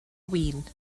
win